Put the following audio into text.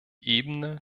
ebene